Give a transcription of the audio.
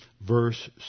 verse